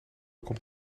komt